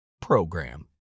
program